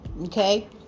okay